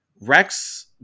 Rex